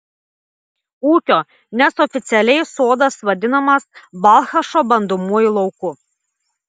ūkio nes oficialiai sodas vadinamas balchašo bandomuoju lauku